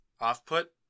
off-put